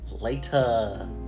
later